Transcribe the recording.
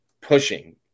pushing